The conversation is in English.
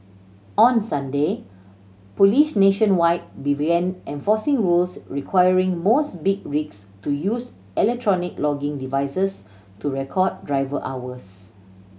on Sunday police nationwide began enforcing rules requiring most big rigs to use electronic logging devices to record driver hours